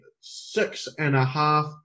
six-and-a-half